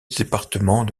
département